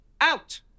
out